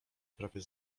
prawie